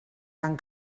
van